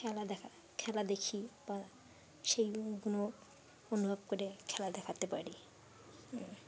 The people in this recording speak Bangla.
খেলা দেখা খেলা দেখি বা সেই ওগুলো অনুভব করে খেলা দেখাতে পারি